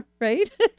Right